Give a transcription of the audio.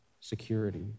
security